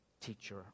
teacher